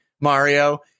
Mario